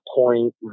point